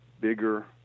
bigger